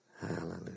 Hallelujah